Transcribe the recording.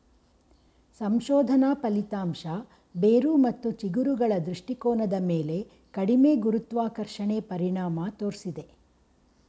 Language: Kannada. ಸಂಶೋಧನಾ ಫಲಿತಾಂಶ ಬೇರು ಮತ್ತು ಚಿಗುರುಗಳ ದೃಷ್ಟಿಕೋನದ ಮೇಲೆ ಕಡಿಮೆ ಗುರುತ್ವಾಕರ್ಷಣೆ ಪರಿಣಾಮ ತೋರ್ಸಿದೆ